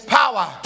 power